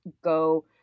go